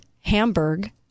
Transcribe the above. Hamburg